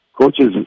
Coaches